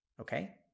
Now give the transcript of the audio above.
okay